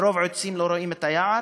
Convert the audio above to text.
מרוב עצים לא רואים את היער.